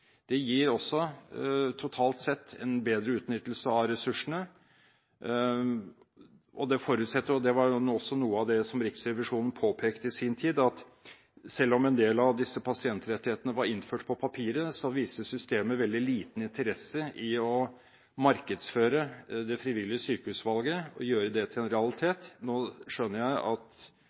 Det gir også totalt sett en bedre utnyttelse av ressursene, og det forutsetter – og det var også noe av det som Riksrevisjonen påpekte i sin tid – at selv om en del av disse pasientrettighetene var innført på papiret, viste systemet veldig liten interesse for å markedsføre det frivillige sykehusvalget, og gjøre det til en realitet. Nå skjønner jeg at